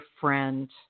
friend